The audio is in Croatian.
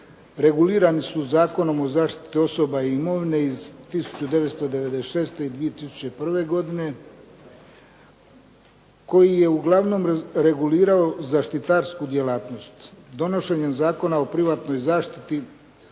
regulirani su Zakonom o zaštiti osoba i imovine iz 1996. i 2001. godine, koji je uglavnom regulirao zaštitarsku djelatnost. Donošenjem Zakona o privatnoj zaštiti